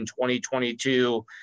2022